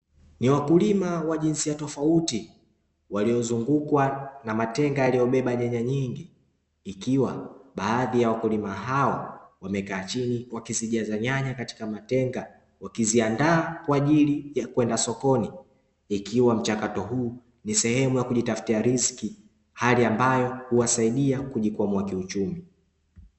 Ni wakulima wa jinsia tofauti, waliozungukwa na matenga yaliyobeba nyanya nyingi, ikiwa baadhi ya wakulima hao wamekaa chini wakizijaza nyanya katika matenga, wakiziandaa kwa ajili ya kwenda sokoni; ikiwa mchakato huu ni sehemu ya kujitafutia riziki, hali ambayo huwasaidia kujikwamua kiuchumi.